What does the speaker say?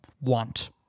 want